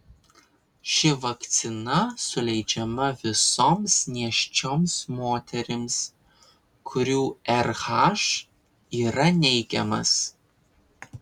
ši vakcina suleidžiama visoms nėščioms moterims kurių rh yra neigiamas